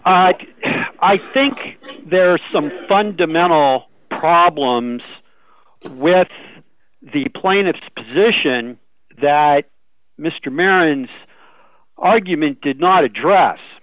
it i think there are some fundamental problems with the plaintiff's position that mr maryland's argument did not address